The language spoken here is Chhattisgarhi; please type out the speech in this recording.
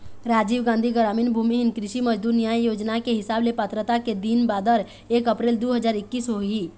राजीव गांधी गरामीन भूमिहीन कृषि मजदूर न्याय योजना के हिसाब ले पात्रता के दिन बादर एक अपरेल दू हजार एक्कीस होही